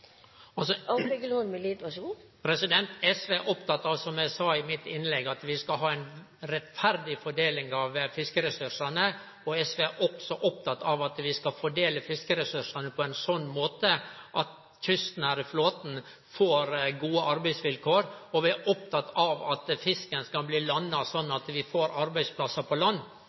også oppteke av at vi skal fordele fiskeressursane på ein slik måte at den kystnære flåten får gode arbeidsvilkår, og vi er opptekne av at fisken skal bli landa slik at vi får arbeidsplassar på land.